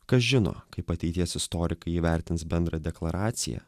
kas žino kaip ateities istorikai įvertins bendrą deklaraciją